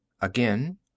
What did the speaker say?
again